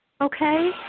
Okay